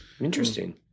Interesting